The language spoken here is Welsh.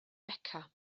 beca